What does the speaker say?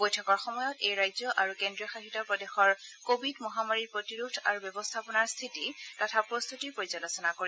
বৈঠকৰ সময়ত এই ৰাজ্য আৰু কেন্দ্ৰীয় শাসিত প্ৰদেশৰ কোভিড মহামাৰী প্ৰতিৰোধ আৰু ব্যৱস্থাপনাৰ স্থিতি তথা প্ৰস্তুতিৰ পৰ্যালোচনা কৰিব